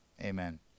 amen